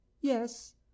Yes